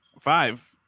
five